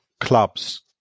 clubs